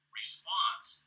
response